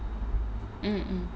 mm mm